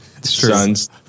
sons